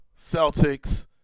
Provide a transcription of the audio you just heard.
Celtics